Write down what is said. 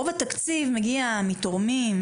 רוב התקציב מגיע מתורמים שונים,